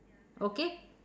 okay